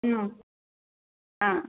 ம் ஆ